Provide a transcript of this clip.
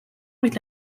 avec